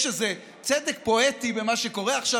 יש איזה צדק פואטי במה שקורה עכשיו,